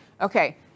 Okay